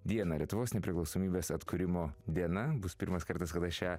dieną lietuvos nepriklausomybės atkūrimo diena bus pirmas kartas kada šią